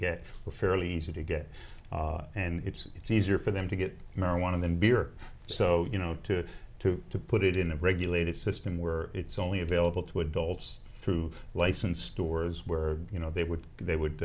get fairly easy to get and it's easier for them to get marijuana than beer so you know to to to put it in a regulated system where it's only available to adults through licensed stores where you know they would they would